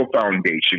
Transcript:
foundation